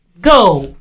go